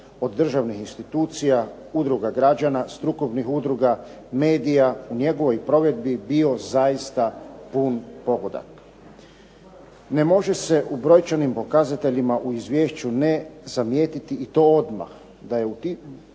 od državnih institucija udruga građana, strukovnih udruga, medija, u njegovoj provedbi bio zaista pun pogodak. Ne može se u brojčanim pokazateljima u izvješću ne zamijetiti i to odmah da je u 2009.